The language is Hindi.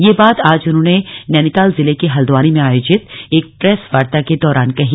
यह बात आज उन्होंने आज नैनीताल जिले के हल्द्वानी में आयोजित एक प्रेस वार्ता के दौरान कहीं